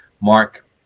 Mark